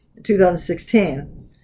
2016